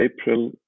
April